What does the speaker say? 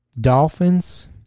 dolphins